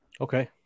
Okay